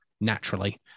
naturally